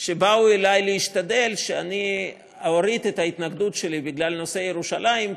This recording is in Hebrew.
שבאו אלי להשתדל שאני אוריד את ההתנגדות שלי בגלל נושא ירושלים,